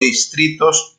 distritos